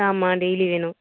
ஆ ஆமாம் டெய்லி வேணும்